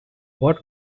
what